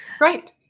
Right